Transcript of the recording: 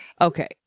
Okay